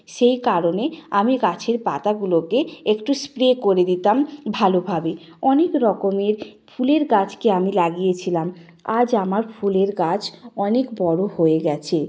সেই কারণে আমি গাছের পাতাগুলোকে একটু স্প্রে করে দিতাম ভালোভাবে অনেক রকমের ফুলের গাছকে আমি লাগিয়েছিলাম আজ আমার ফুলের গাছ অনেক বড় হয়ে গেছে